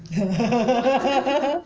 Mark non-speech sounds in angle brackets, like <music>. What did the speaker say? <laughs>